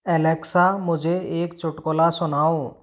Alexa मुझे एक चुटकुला सुनाओ